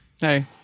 hey